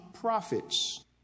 prophets